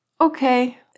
Okay